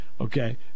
Okay